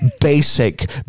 basic